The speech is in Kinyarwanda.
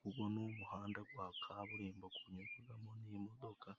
Kubona uguhanda gwa kaburimbo. Gunyugwagamo n'imodoka,